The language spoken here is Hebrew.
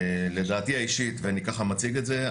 לדעתי האישית ואני ככה מציג את זה,